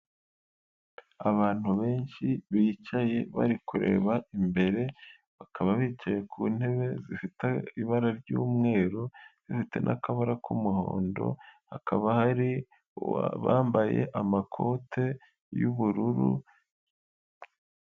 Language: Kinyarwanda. Abantu benshi bicaye bari kureba imbere, bakaba bicaye ku ntebe zifite ibara ry'umweru, rifite n'akabara k'umuhondo, hakaba hari abambaye amakote y'ubururu.